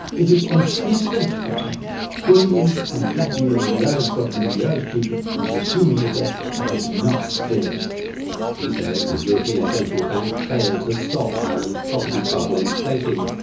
it is unprecedented what's happening bullying and blackmailing the irish government and the irish people into assuming a debt that is not theirs he says the european central bank failed to stop ireland's property bubble inflating.